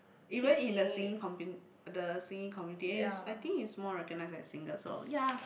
even in the singing commu~ the singing community and it's I think he is more recognised as singer so ya